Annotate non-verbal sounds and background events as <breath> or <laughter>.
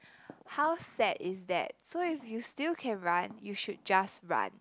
<breath> how sad is that so if you still can run you should just run